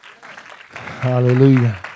Hallelujah